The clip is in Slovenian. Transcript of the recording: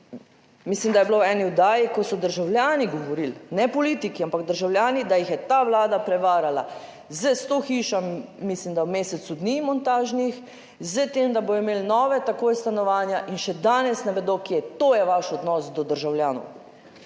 mislim, da je bilo v eni oddaji, ko so državljani govorili, ne politiki, ampak državljani, da jih je ta Vlada prevarala s 100 hišami, mislim da v mesecu dni montažnih, s tem da bodo imeli nova takoj stanovanja in še danes ne vedo kje. To je vaš odnos do državljanov,